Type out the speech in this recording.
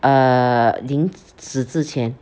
err 临死之前